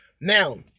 Now